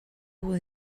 will